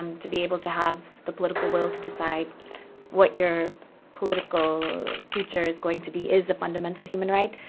um to be able to have the political will to decide what your political future is going to be is a fundamental human right.